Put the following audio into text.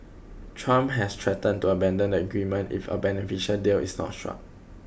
Trump has threatened to abandon the agreement if a beneficial deal is not struck